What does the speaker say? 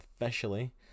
officially